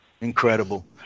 Incredible